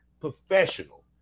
professional